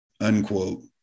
unquote